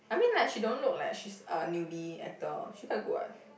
I mean like she don't look like she's a newbie actor she quite good [what]